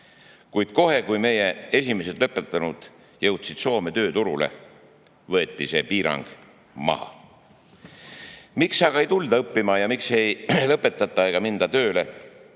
kuid kohe, kui esimesed meie lõpetanud jõudsid Soome tööturule, võeti see piirang maha. Miks aga ei tulda õppima ja miks ei lõpetata ega minda tööle?